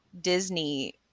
disney